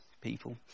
people